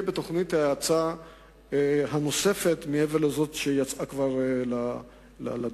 בתוכנית ההאצה הנוספת מעבר לזאת שכבר יצאה לדרך.